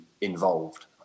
involved